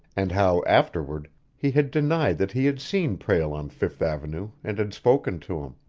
and how, afterward, he had denied that he had seen prale on fifth avenue and had spoken to him.